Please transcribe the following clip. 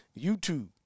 YouTube